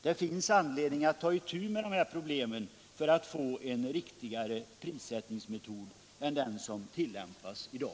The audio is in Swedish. Det finns anledning att ta itu med dessa problem för att få fram en riktigare prissättningsmetod än den som tillämpas i dag.